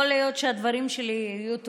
יכול להיות שהדברים שלי יהיו טובים,